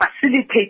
facilitate